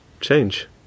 change